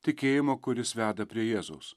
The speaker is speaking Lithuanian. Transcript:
tikėjimo kuris veda prie jėzaus